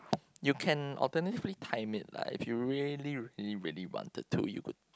you can alternatively time it lah if you really really really wanted to you could